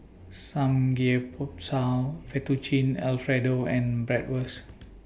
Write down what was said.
Samgyeopsal Fettuccine Alfredo and Bratwurst